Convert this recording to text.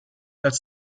als